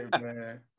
man